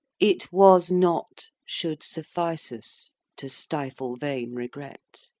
it was not, should suffice us to stifle vain regret.